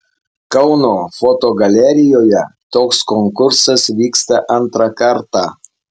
kauno fotogalerijoje toks konkursas vyksta antrą kartą